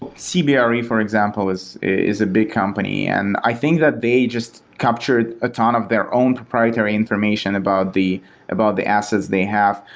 cbre, for example, is is a big company, and i think that they just captured a ton of their own proprietary information about the about the assets they have.